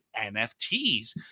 NFTs